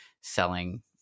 selling